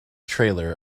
trailer